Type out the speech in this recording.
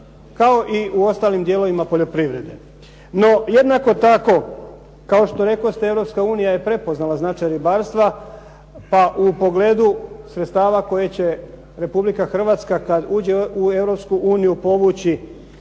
kao i u ostalim dijelovima poljoprivrede. NO, jednako tako, kao što rekoste Europska unija je prepoznala značaj ribarstva, pa u pogledu sredstava koje će Republika Hrvatska kada uđe u Europsku